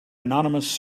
anonymous